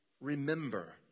Remember